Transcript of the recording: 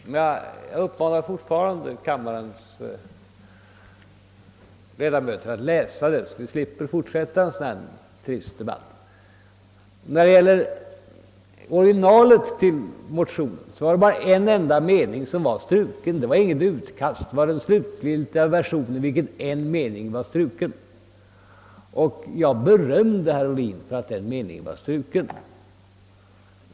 Jag uppmanar fortfarande kammarens ledamöter att läsa motionen, så att vi slipper fortsätta en sådan här trist debatt. I originalet till motionen var bara en enda mening struken. Det var inte i något utkast, utan det var i den slutliga versionen som en mening var struken. Jag berömde herr Ohlin för att denna mening var struken.